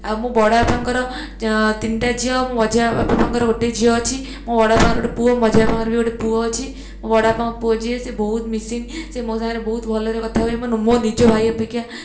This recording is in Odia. ଆଉ ମୋ ବଡ଼ବାପାଙ୍କର ଚ ତିନିଟା ଝିଅ ମୁଁ ମଝି ବାପାଙ୍କର ଗୋଟିଏ ଝିଅ ଅଛି ମୋ ବଡ଼ବାପାଙ୍କର ଗୋଟେ ପୁଅ ମଝିଆଁ ବାପାଙ୍କର ବି ଗୋଟେ ପୁଅ ଅଛି ମୋ ବଡ଼ବାପାଙ୍କର ପୁଅ ଯିଏ ସିଏ ବହୁତ ମିକ୍ଶିଙ୍ଗ ସିଏ ମୋ ସାଙ୍ଗରେ ବହୁତ ଭଲରେ କଥାହୁଏ ମୋ ନିଜ ଭାଇ ଅପେକ୍ଷା